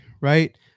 right